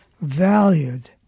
valued